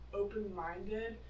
open-minded